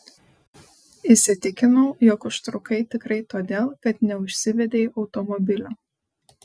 įsitikinau jog užtrukai tikrai todėl kad neužsivedei automobilio